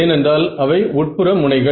ஏனென்றால் அவை உட்புற முனைகள்